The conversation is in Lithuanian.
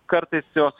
kartais juos